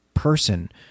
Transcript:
Person